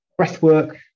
breathwork